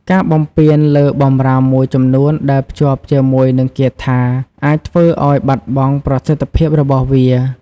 ការបំពានលើបម្រាមមួយចំនួនដែលភ្ជាប់ជាមួយនឹងគាថាអាចធ្វើឱ្យបាត់បង់ប្រសិទ្ធភាពរបស់វា។